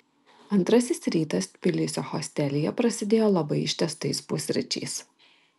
antrasis rytas tbilisio hostelyje prasidėjo labai ištęstais pusryčiais